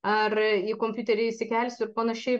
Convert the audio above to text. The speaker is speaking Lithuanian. ar į kompiuterį įsikelsiu ir panašiai